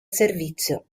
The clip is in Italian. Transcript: servizio